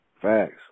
Facts